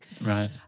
Right